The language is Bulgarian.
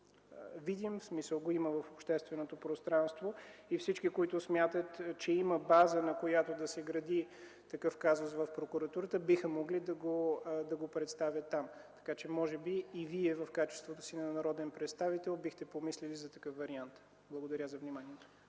видим, в смисъл, че го има в общественото пространство. Всички, които смятат, че има база, на която да се гради такъв казус в прокуратурата, биха могли да го представят там. Може би и Вие в качеството си на народен представител можете да помислите за такъв вариант. Благодаря за вниманието.